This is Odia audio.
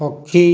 ପକ୍ଷୀ